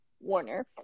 Warner